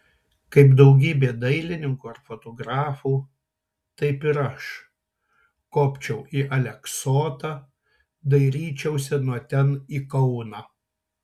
kaip daugybė dailininkų ir fotografų taip ir aš kopčiau į aleksotą dairyčiausi nuo ten į kauną